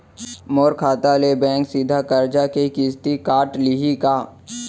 मोर खाता ले बैंक सीधा करजा के किस्ती काट लिही का?